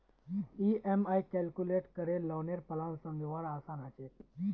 EMI calculate करे लौनेर plan समझवार आसान ह छेक